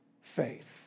faith